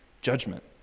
judgment